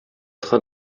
train